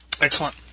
Excellent